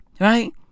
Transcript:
Right